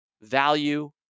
value